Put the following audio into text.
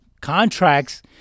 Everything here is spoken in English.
contracts